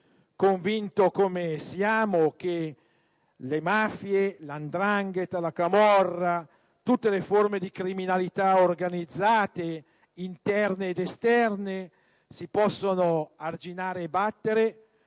convinti - come siamo - che le mafie, la 'ndrangheta, la camorra e tutte le forme di criminalità organizzata, interne ed esterne, si possono arginare e battere